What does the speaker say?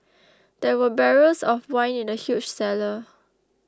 there were barrels of wine in the huge cellar